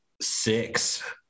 Six